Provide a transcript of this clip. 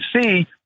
see